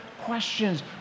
questions